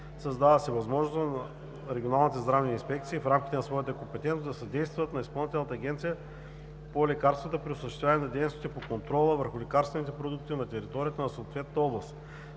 Създава се възможност регионалните здравни инспекции в рамките на своята компетентност да съдействат на Изпълнителната агенция по лекарствата при осъществяване на дейностите по контрола върху лекарствените продукти на територията на съответната област.